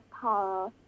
power